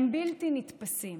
הם בלתי נתפסים.